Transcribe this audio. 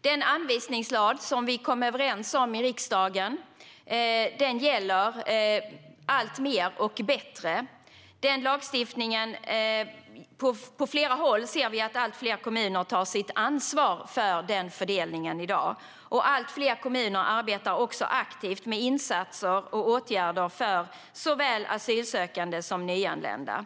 Den anvisningslag som vi kom överens om i riksdagen gäller och fungerar allt bättre. Med den lagstiftningen ser vi på flera håll att allt fler kommuner tar sitt ansvar för fördelningen. Allt fler kommuner arbetar också aktivt med insatser och åtgärder för såväl asylsökande som nyanlända.